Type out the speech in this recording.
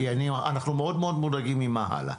כי אנחנו מאוד מאוד מודאגים ממה הלאה.